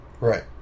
Right